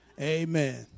Amen